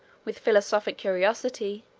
with philosophic curiosity,